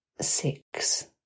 Six